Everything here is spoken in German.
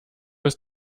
ist